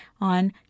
on